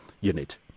unit